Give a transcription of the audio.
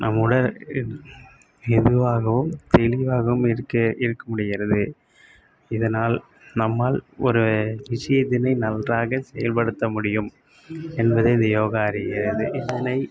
நம் உடல் ஏதுவாகவும் தெளிவாகவும் இருக்கு இருக்க முடிகிறது இதனால் நம்மால் ஒரு விஷயத்தினை நன்றாக செயல்படுத்த முடியும் என்பதை இந்த யோகா அறிகிறது இதனை